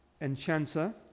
enchanter